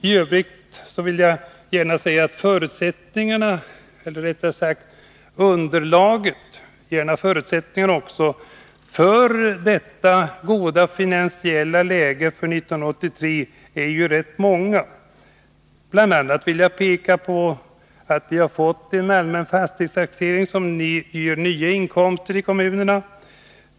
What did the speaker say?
I övrigt vill jag gärna säga att förutsättningarna för det goda finansiella läget för 1983 är rätt många. Jag vill peka på att vi bl.a. fått en allmän fastighetstaxering som ger nya inkomster i kommunerna.